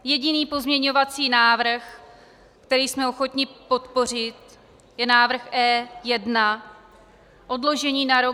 Jediný pozměňovací návrh, který jsme ochotni podpořit, je návrh E1 odložení na rok 2019.